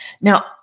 Now